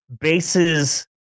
bases